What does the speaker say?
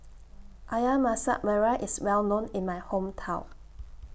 Ayam Masak Merah IS Well known in My Hometown